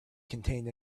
contained